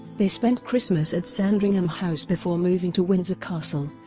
they spent christmas at sandringham house before moving to windsor castle,